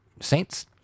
Saints